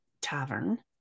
tavern